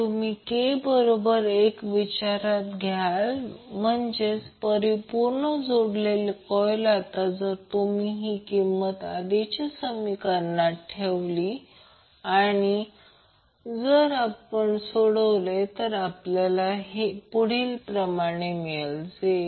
आता प्रश्न असा आहे की समजा या आकृत्यावर येण्यापूर्वी समजा ω0 वर करंट जास्तीत जास्त आहे कारण रेझोनन्स सर्किट मध्ये आपण पाहिले आहे की resonant frequency series RLC circuit XL XC असे असते